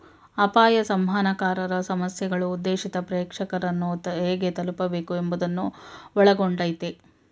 ಅಪಾಯ ಸಂವಹನಕಾರರ ಸಮಸ್ಯೆಗಳು ಉದ್ದೇಶಿತ ಪ್ರೇಕ್ಷಕರನ್ನು ಹೇಗೆ ತಲುಪಬೇಕು ಎಂಬುವುದನ್ನು ಒಳಗೊಂಡಯ್ತೆ